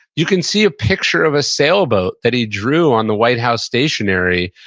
you can see a picture of a sailboat that he drew on the white house stationary,